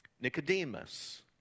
Nicodemus